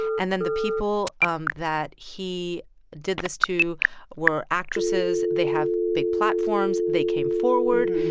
and then the people um that he did this to were actresses. they have big platforms. they came forward.